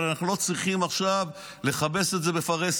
אבל אנחנו לא צריכים עכשיו לכבס את זה בפרהסיה.